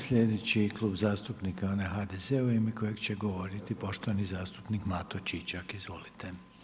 Slijedeći Klub zastupnika je onaj HDZ-a u ime kojega će govoriti poštovani zastupnik Mato Čičak, izvolite.